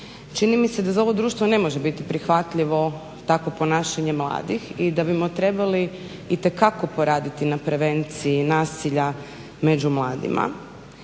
Čini mi se da za ovo društvo ne može biti prihvatljivo takvo ponašanje mladih i da bi smo trebali itekako poraditi na prevenciji nasilja među mladima.